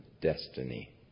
destiny